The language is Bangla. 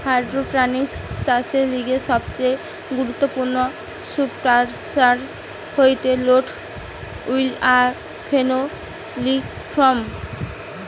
হাইড্রোপনিক্স চাষের লিগে সবচেয়ে গুরুত্বপূর্ণ সুবস্ট্রাটাস হতিছে রোক উল আর ফেনোলিক ফোম